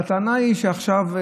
הטענה היא שעכשיו,